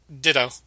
ditto